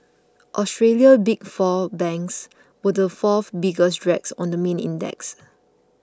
Australia's Big Four banks were the four biggest drags on the main index